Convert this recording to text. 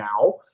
now